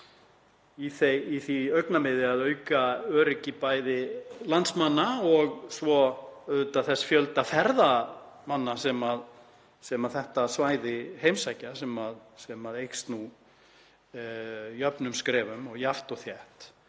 í því augnamiði að auka öryggi bæði landsmanna og svo auðvitað þess fjölda ferðamanna sem þetta svæði heimsækja, sem eykst nú jöfnum skrefum og jafnt og þétt.